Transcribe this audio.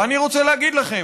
ואני רוצה להגיד לכם,